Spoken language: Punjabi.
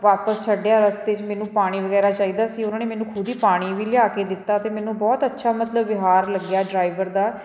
ਵਾਪਸ ਛੱਡਿਆ ਰਸਤੇ 'ਚ ਮੈਨੂੰ ਪਾਣੀ ਵਗੈਰਾ ਚਾਹੀਦਾ ਸੀ ਉਹਨਾਂ ਨੇ ਮੈਨੂੰ ਖੁਦ ਹੀ ਪਾਣੀ ਵੀ ਲਿਆ ਕੇ ਦਿੱਤਾ ਅਤੇ ਮੈਨੂੰ ਬਹੁਤ ਅੱਛਾ ਮਤਲਬ ਵਿਹਾਰ ਲੱਗਿਆ ਡਰਾਈਵਰ ਦਾ